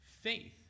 faith